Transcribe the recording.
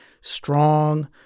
strong